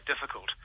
difficult